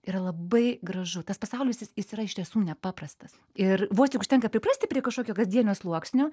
yra labai gražu tas pasaulis jis jis yra iš tiesų nepaprastas ir vos tik užtenka priprasti prie kažkokio kasdienio sluoksnio